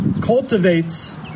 cultivates